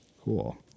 Cool